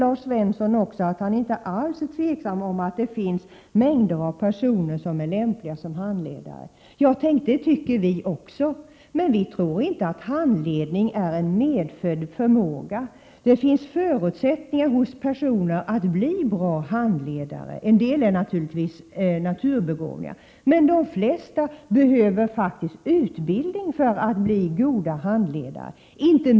Lars Svensson säger också att han inte alls tvivlar på att det finns mängder av personer som är lämpliga som handledare. Tänk, det tycker vi också. Men vi tror inte att förmågan att handleda andra är medfödd. Det finns förutsättningar hos personer att bli bra handledare. En del är naturligtvis naturbegåvningar. Men de flesta behöver faktiskt utbildning för att bli goda handledare.